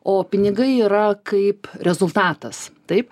o pinigai yra kaip rezultatas taip